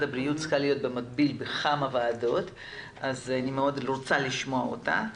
הבריאות צריכה להיות בכמה ועדות במקביל ואני רוצה מאוד לשמוע אותה.